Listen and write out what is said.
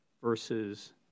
versus